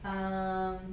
err